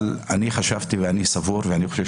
אבל אני חשבתי ואני סבור ואני חושב